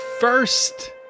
first